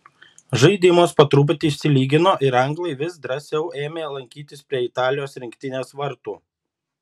žaidimas po truputį išsilygino ir anglai vis drąsiau ėmė lankytis prie italijos rinktinės vartų